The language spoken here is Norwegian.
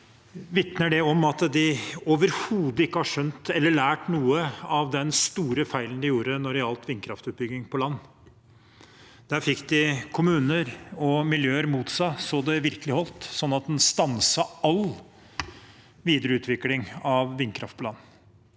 vitner om at de overhodet ikke har skjønt eller lært noe av den store feilen de gjorde når det gjaldt vindkraftutbygging på land. Der fikk de kommuner og miljøer mot seg så det virkelig holdt, sånn at en stanset all videreutvikling av vindkraft på land.